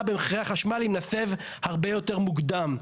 במחירי החשמל אם נסב הרבה יותר מוקדם.